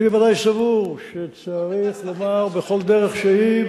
אני ודאי סבור שצריך לומר בכל דרך שהיא,